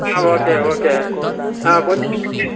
okay okay కొద్దిగా pack